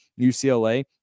UCLA